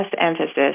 emphasis